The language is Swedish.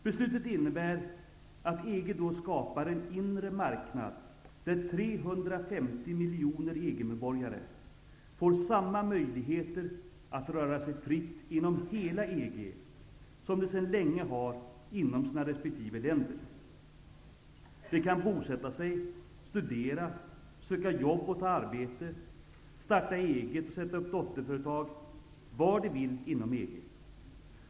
Beslutet innebär att EG då skapar en inre marknad, där 350 miljoner EG-medborgare får samma möjligheter att röra sig fritt inom hela EG som de sedan länge har inom sina resp. länder. De kan bosätta sig, studera, söka jobb och ta arbete, starta eget och sätta upp dotterföretag var de vill inom EG.